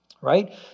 Right